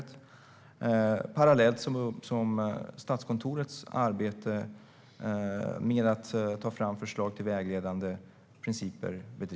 Det görs parallellt med Statskontorets arbete med att ta fram förslag till vägledande principer.